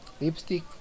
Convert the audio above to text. Lipstick